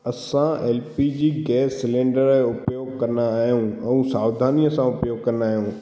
असां L P G gas cylinder उपयोगु कंदा आहियूं ऐं सावधानीअ सां उपयोगु कंदा आहियूं